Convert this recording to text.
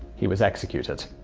he was executed.